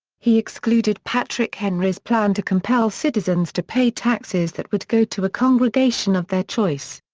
he excluded patrick henry's plan to compel citizens to pay taxes that would go to a congregation of their choice.